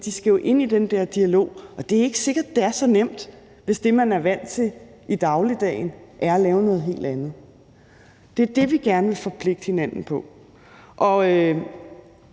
de skal jo ind i den der dialog, og det er ikke sikkert, at det er så nemt, hvis det, man er vant til i dagligdagen, er at lave noget helt andet. Det er det, vi gerne vil forpligte hinanden på. Kl.